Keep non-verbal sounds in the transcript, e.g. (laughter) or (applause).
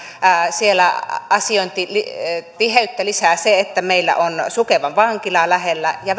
asiointitiheyttä lisää se että meillä on sukevan vankila lähellä ja (unintelligible)